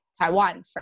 Taiwan